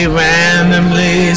randomly